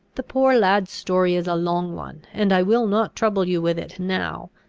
the poor lad's story is a long one, and i will not trouble you with it now.